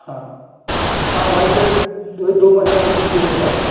हाँ हाँ white colour दो महीना वेटिंग पीरियड है